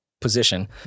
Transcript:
position